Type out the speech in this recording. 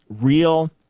real